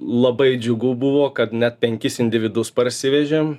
labai džiugu buvo kad net penkis individus parsivežėm